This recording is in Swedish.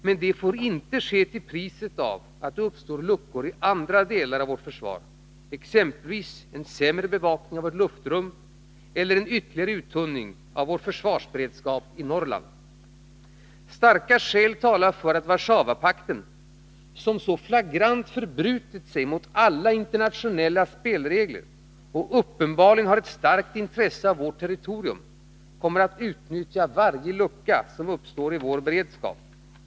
Men detta får inte ske till priset av att det uppstår luckor i andra delar av vårt försvar, exempelvis en sämre bevakning av vårt luftrum eller en ytterligare uttunning av vår försvarsberedskap i Norrland. Starka skäl talar för att Warszawapakten, som så flagrant förbrutit sig mot alla internationella spelregler och uppenbarligen har ett starkt intresse av vårt territorium, kommer att utnyttja varje lucka som uppstår i vår beredskap.